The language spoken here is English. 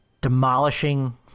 demolishing